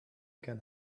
can